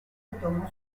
retomó